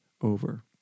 over